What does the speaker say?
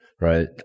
right